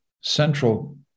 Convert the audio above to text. central